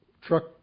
truck